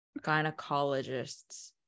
gynecologists